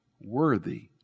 worthy